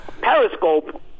Periscope